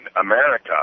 America